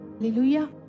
Hallelujah